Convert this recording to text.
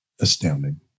astounding